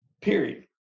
period